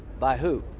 by who?